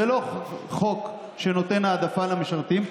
זה לא חוק שנותן העדפה למשרתים,